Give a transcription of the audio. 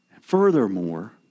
Furthermore